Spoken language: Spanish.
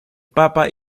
papa